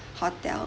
hotel